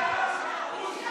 בושה.